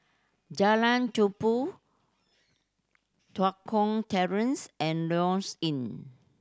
Jalan Tumpu Tua Kong Terrace and Lloyds Inn